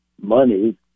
money